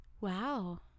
Wow